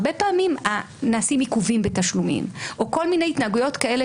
הרבה פעמים נעשים עיכובים בתשלומים או כל מיני התנהגויות כאלה